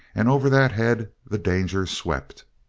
and over that head the danger swept.